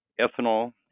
ethanol